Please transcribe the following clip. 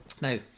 Now